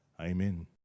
Amen